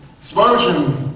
Spurgeon